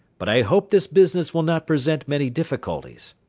but i hope this business will not present many difficulties.